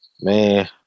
man